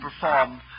perform